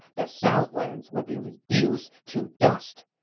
the southlands would be reduced to dust!